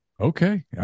okay